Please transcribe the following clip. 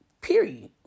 Period